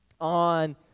On